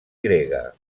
grega